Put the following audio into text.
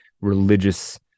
religious